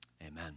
Amen